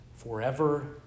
forever